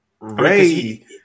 Ray